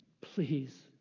please